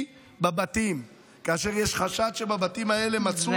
בבתים כאשר יש חשד שבבתים האלה מצוי נשק.